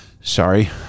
sorry